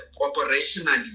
operationally